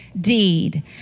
deed